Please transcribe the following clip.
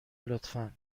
لطفا